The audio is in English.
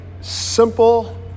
simple